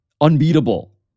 unbeatable